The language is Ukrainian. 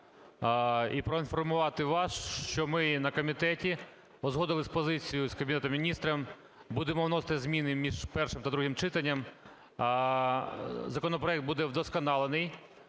І проінформувати вас, що ми на комітеті узгодили позицію з Кабінетом Міністрів, будемо вносити зміни між першим та другим читанням. Законопроект буде вдосконалений.